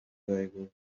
جایگزین